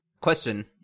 question